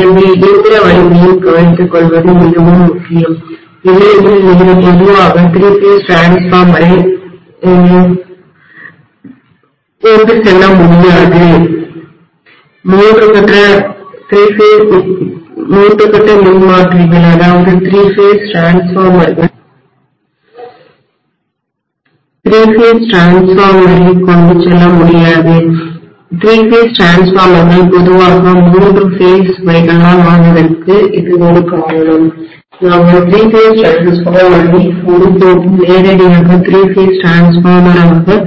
எனவே இயந்திர வலிமையும் கவனித்துக்கொள்வது மிகவும் முக்கியம் இல்லையெனில் நீங்கள் பொதுவாக திரி பேஸ் டிரான்ஸ்ஃபார்மரைமூன்று கட்ட மின்மாற்றியைக் கொண்டு செல்ல முடியாது மூன்று கட்ட மின்மாற்றிகள்திரி பேஸ் டிரான்ஸ்ஃபார்மர்கள் பொதுவாக மூன்று ஒற்றை பேஸ் பைகளால் ஆனதற்கு இது ஒரு காரணம் நாங்கள் திரி பேஸ் டிரான்ஸ்ஃபார்மரை மூன்று கட்ட மின்மாற்றியை ஒருபோதும் நேரடியாக திரி பேஸ் டிரான்ஸ்ஃபார்மராக மூன்று